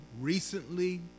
recently